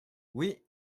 oui